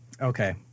Okay